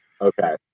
Okay